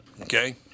Okay